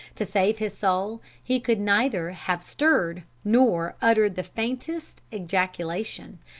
to save his soul he could neither have stirred nor uttered the faintest ejaculation.